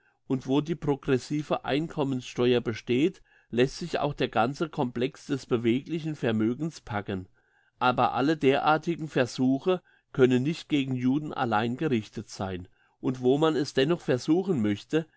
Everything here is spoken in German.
und wo die progressive einkommensteuer besteht lässt sich auch der ganze complex des beweglichen vermögens packen aber alle derartigen versuche können nicht gegen juden allein gerichtet sein und wo man es dennoch versuchen möchte